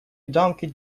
donkey